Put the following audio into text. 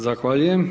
Zahvaljujem.